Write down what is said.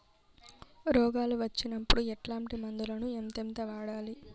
రోగాలు వచ్చినప్పుడు ఎట్లాంటి మందులను ఎంతెంత వాడాలి?